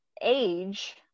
age